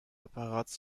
apparats